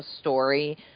story